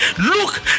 look